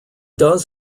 does